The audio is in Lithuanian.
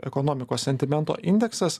ekonomikos sentimento indeksas